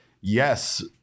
yes